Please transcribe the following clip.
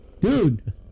Dude